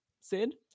Sid